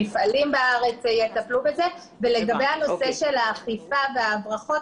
מפעלים בארץ יטפלו בזה ולגבי הנושא של האכיפה וההברחות,